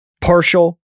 Partial